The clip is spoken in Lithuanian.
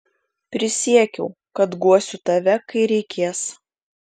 prisiekiau kad guosiu tave kai reikės